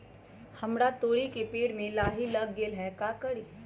हमरा तोरी के पेड़ में लाही लग गेल है का करी?